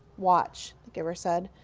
watch, the giver said.